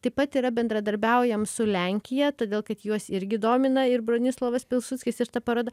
taip pat yra bendradarbiaujam su lenkija todėl kad juos irgi domina ir bronislovas pilsudskis ir ta paroda